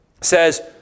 says